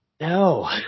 No